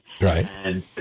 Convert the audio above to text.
Right